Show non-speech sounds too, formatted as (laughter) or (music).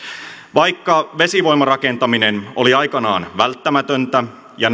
vaikka vesivoimarakentaminen oli aikanaan välttämätöntä ja (unintelligible)